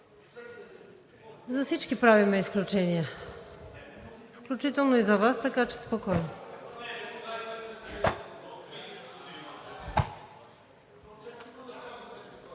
За всички правим изключения, включително и за Вас, така че спокойно.